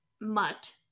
mutt